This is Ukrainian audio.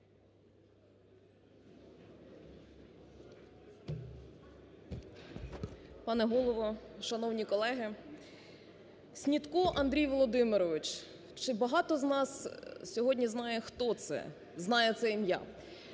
Пане Голово, шановні колеги! Снітко Андрій Володимирович. Чи багато з нас сьогодні знає, хто це, знає це ім'я?